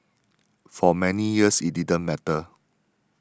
for many years it didn't matter